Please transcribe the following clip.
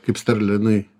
kaip sterlė jinai